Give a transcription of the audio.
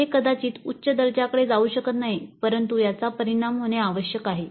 हे कदाचित उच्च दर्जाकडे जाऊ शकत नाही परंतु याचा परिणाम होणे आवश्यक आहे